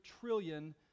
trillion